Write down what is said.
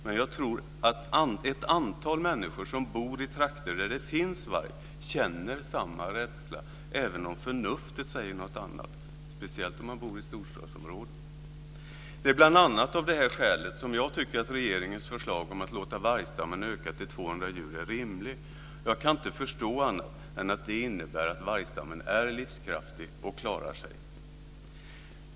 Men jag tror att ett antal människor som bor i trakter där det finns varg känner samma rädsla även om förnuftet säger något annat, speciellt om man bor i storstadsområdena. Det är bl.a. av det skälet som jag tycker att regeringens förslag att låta vargstammen öka till 200 djur är rimligt. Jag kan inte förstå annat än att det innebär att vargstammen är livskraftig och klarar sig.